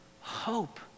Hope